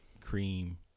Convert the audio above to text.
cream